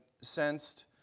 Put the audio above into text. sensed